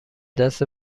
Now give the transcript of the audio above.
دست